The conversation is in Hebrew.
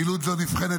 פעילות זו נבחנת,